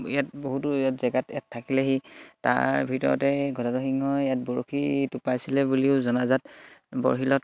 ইয়াত বহুতো ইয়াত জেগাত ইয়াত থাকিলেহি তাৰ ভিতৰতে গদাধৰ সিংহই ইয়াত বৰশী টোপাইছিলে বুলিও জনাজাত বৰশীলত